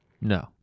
No